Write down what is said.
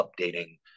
updating